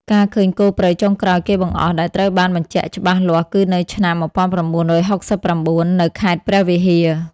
ការឃើញគោព្រៃចុងក្រោយគេបង្អស់ដែលត្រូវបានបញ្ជាក់ច្បាស់លាស់គឺនៅឆ្នាំ ១៩៦៩ នៅខេត្តព្រះវិហារ។